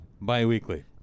bi-weekly